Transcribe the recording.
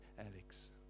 Alex